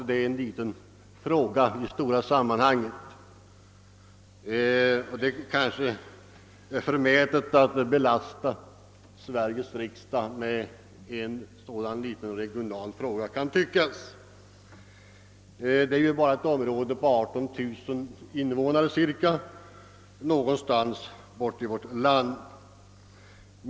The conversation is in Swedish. Det kan måhända synas förmätet att belasta Sveriges riksdag med en diskussion om en sådan här liten regional fråga — det gäller ju bara ett område med 18 000 invånare någonstans i vårt land.